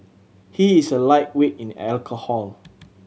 he is a lightweight in alcohol